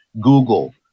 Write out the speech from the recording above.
Google